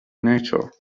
nature